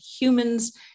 humans